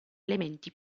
elementi